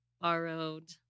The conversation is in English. borrowed